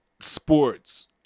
sports